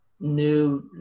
new